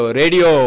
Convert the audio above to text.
radio